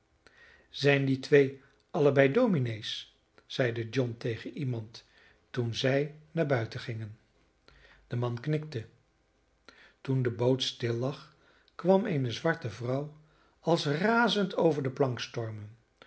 zijn die twee allebei dominees zeide john tegen iemand toen zij naar buiten gingen de man knikte toen de boot stillag kwam eene zwarte vrouw als razend over de plank stormen